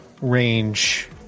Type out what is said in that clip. range